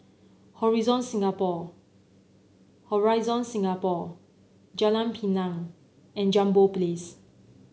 Singapore Horizon Singapore Jalan Pinang and Jambol Place